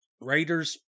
Raiders